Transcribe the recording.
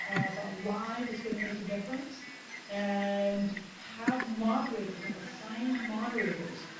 but live is gonna make a difference and have moderators, have assigned moderators.